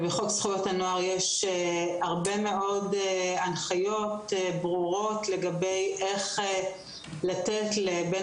בחוק זכויות הנוער יש הרבה מאוד הנחיות ברורות לגבי איך לתת לבן